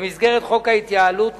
במסגרת חוק ההתייעלות,